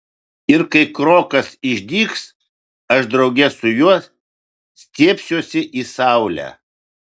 ir kai krokas išdygs aš drauge su juo stiebsiuosi į saulę